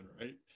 right